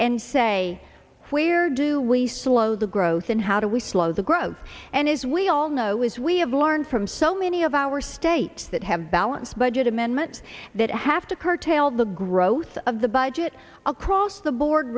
and say where do we slow the growth and how do we slow the growth and as we all know is we have learned from so many of our states that have balanced budget amendment that have to curtail the growth of the budget across the board